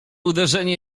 uderzenie